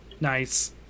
nice